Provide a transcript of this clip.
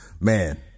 man